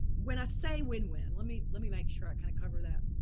when i say win-win, let me, let me make sure i kind of cover that.